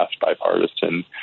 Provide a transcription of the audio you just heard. bipartisan